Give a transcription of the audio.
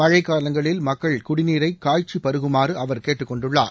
மழை காலங்களில் மக்கள் குடிநீரை காய்ச்சி பருகுமாறு அவர் கேட்டுக் கொண்டுள்ளார்